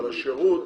על השרות